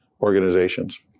organizations